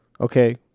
okay